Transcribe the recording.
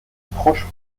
proches